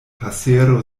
pasero